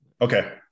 Okay